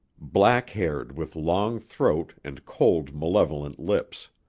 black-haired with long throat and cold, malevolent lips.